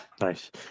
Nice